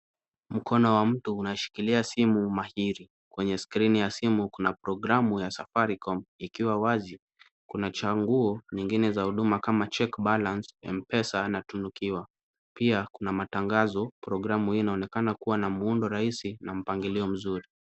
Mkono wa mtu unashikilia simu mahiri, kwenye skrini ya simu na programu ya Safaricom ikiwa wazi. Kuna chaguo nyingine za huduma kama check balance , M-Pesa na Tunukiwa. Pia kuna matangazo. Programu hii inaonekana kuwa na muundo rahisi na mpangilio mzuri.